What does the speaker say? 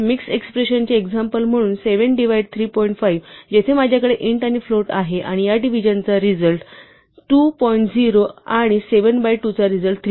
mixed expression चे example म्हणून 7 divide 3 point 5 जेथे माझ्याकडे int आणि float आहे आणि या डिव्हिजन चा रिझल्ट 2 पॉईंट 0 आणि 7 बाय 2 चा रिझल्ट 3